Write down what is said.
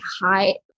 high